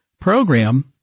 program